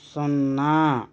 సున్నా